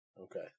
Okay